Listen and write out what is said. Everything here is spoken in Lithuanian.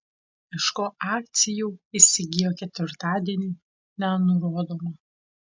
iš ko akcijų įsigijo ketvirtadienį nenurodoma